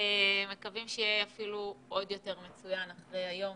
מקווים שיהיה אפילו עוד יותר מצוין אחרי היום,